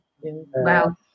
Wow